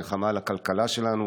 מלחמה על הכלכלה שלנו,